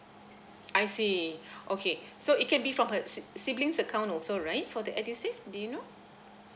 I see okay so it can be from her sib~ siblings account also right for the edusave do you know